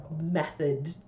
method